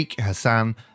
hassan